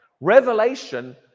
Revelation